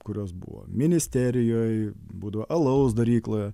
kurios buvo ministerijoj būdavo alaus darykloje